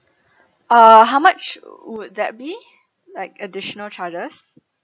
uh how much would that be like additional charges